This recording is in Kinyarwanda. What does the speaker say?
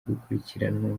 gukurikiranwa